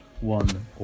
one